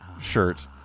Shirt